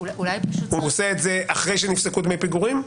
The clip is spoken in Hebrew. הוא עושה את זה אחרי שנפסקו דמי פיגורים?